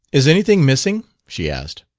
is anything missing? she asked.